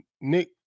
Nick